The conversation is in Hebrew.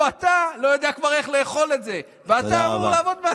ושם בטלוויזיה הממלכתית לא היו תוכניות בשידור חי מסיבה אחת